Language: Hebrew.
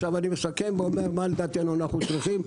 אני מסכם ואומר מה, לדעתי, אנחנו צריכים.